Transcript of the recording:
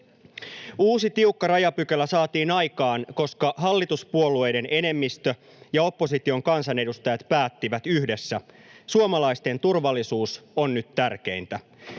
Uusi, tiukka rajapykälä saatiin aikaan, koska hallituspuolueiden enemmistö ja opposition kansanedustajat päättivät yhdessä: suomalaisten turvallisuus on nyt tärkeintä.